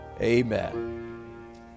Amen